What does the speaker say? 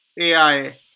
AI